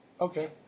Okay